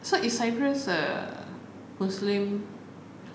so is cyprus a a muslim